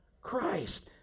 Christ